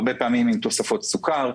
הרבה פעמים עם תוספות סוכר.